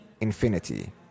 infinity